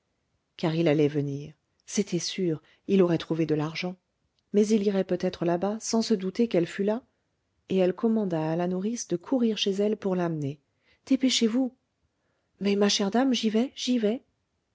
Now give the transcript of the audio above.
car il allait venir c'était sûr il aurait trouvé de l'argent mais il irait peut-être là-bas sans se douter qu'elle fût là et elle commanda à la nourrice de courir chez elle pour l'amener dépêchez-vous mais ma chère dame j'y vais j'y vais